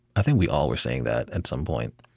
i think we all were saying that at some point,